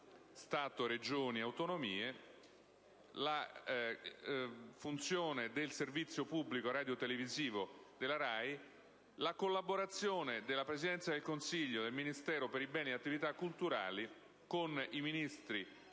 Stato-Regioni-Autonomie, la funzione del servizio pubblico radiotelevisivo, la collaborazione della Presidenza del Consiglio e del Ministero per i beni e le attività culturali con i Ministeri